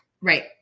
Right